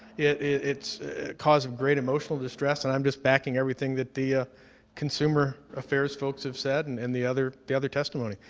it's a cause of great emotional distress, and i'm just backing everything that the ah consumer affairs folks have said and and the other the other testimony.